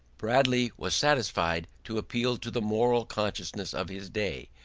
bradley was satisfied to appeal to the moral consciousness of his day,